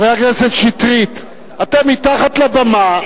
חבר הכנסת שטרית, אתם מתחת לבמה.